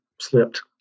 slipped